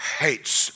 hates